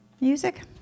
music